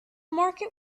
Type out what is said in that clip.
market